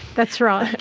that's right.